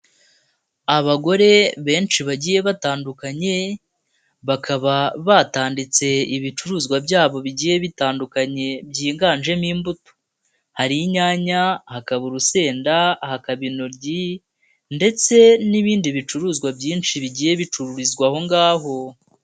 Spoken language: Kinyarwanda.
Abagore benshi bagiye batandukanye bakaba batanditse ibicuruzwa byabo bigiye bitandukanye byiganjemo imbuto, hari inyanya, hakaba urusenda, ahakaba intoryi ndetse n'ibindi bicuruzwa byinshi bigiye bicururizwa aho ngaho.